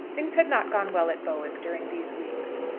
things had not gone well at bowick during these weeks.